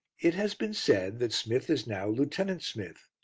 it has been said that smith is now lieutenant smith.